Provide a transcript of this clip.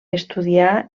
estudià